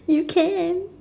you can